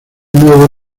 nuevo